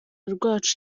urukundo